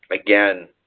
Again